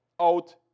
out